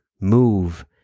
move